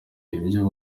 ibyo